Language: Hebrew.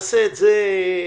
ונעשה את זה מסודר.